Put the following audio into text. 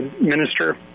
minister